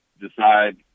decide